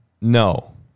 No